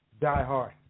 diehard